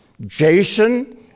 Jason